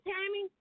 Tammy